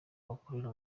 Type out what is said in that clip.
bakorera